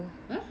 !huh!